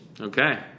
Okay